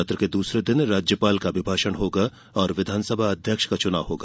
सत्र के दूसरे दिन राज्यपाल का अभिभाषण होगा और विधानसभा अध्यक्ष का चुनाव होगा